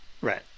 right